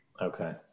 okay